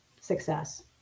success